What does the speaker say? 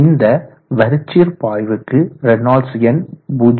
இந்த வரிச்சீர் பாய்வுக்கு ரேனால்ட்ஸ் எண் 0